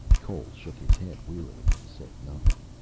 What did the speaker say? cole shook his head wearily and said nothing.